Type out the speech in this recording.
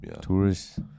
Tourists